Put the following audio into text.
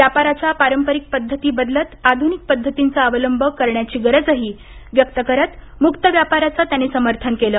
व्यापाराच्या पारंपरिक पध्दती बदलत आधुनिक पद्धतींचा अवलंब करण्याची गरजही व्यक्त करत मुक्त व्यापाराचं त्यानी समर्थन केलं